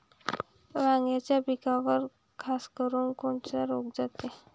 वांग्याच्या पिकावर खासकरुन कोनचा रोग जाते?